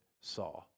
saw